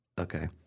Okay